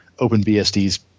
OpenBSD's